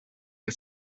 que